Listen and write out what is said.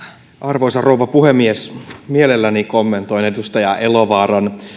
arvoisa rouva puhemies mielelläni kommentoin edustaja elovaaran